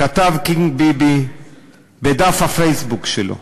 כתב קינג ביבי בדף הפייסבוק שלו,